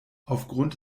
aufgrund